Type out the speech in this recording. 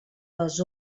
les